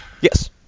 Yes